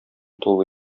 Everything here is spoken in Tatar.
тулы